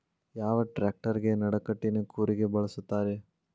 ಯಾವ ಟ್ರ್ಯಾಕ್ಟರಗೆ ನಡಕಟ್ಟಿನ ಕೂರಿಗೆ ಬಳಸುತ್ತಾರೆ?